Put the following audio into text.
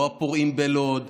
לא לפורעים בלוד,